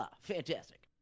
Fantastic